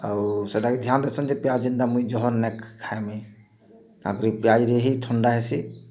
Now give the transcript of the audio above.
ଆଉ ସେଟାକେ ଧ୍ୟାନ୍ ଦେସନ୍ ଯେ ପିଆଜ ଯେନ୍ତା ମୁଇଁ ଜହର୍ ନାଇଁ ଖାଏ ମୁଇଁ ତା' ପରେ ପିଆଜ୍ରେ ହେଇ ଥଣ୍ଡା ହେସି